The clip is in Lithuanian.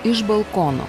iš balkono